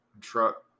Truck